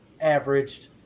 averaged